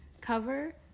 cover